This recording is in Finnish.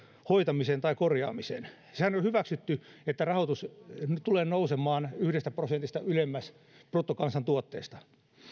hoitamiseen tai korjaamiseen sehän on hyväksytty että rahoitus tulee nousemaan ylemmäs yhdestä prosentista bruttokansantuotteesta